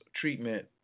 treatment